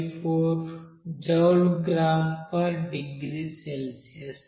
54 joule gram degree Celsius